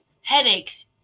headaches